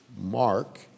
Mark